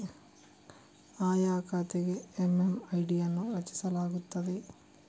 ಆಯಾ ಖಾತೆಗೆ ಎಮ್.ಎಮ್.ಐ.ಡಿ ಅನ್ನು ರಚಿಸಲಾಗುತ್ತದೆ